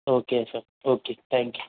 okay sir okay thank you